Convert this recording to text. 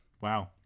Wow